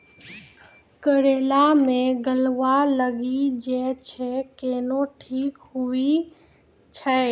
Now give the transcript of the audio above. करेला मे गलवा लागी जे छ कैनो ठीक हुई छै?